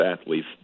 athletes